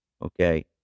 okay